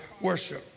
worship